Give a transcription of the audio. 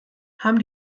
haben